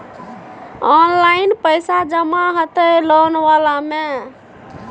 Online पैसा जमा हते लोन वाला में?